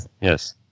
Yes